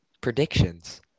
predictions